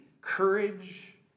courage